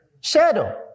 shadow